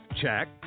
check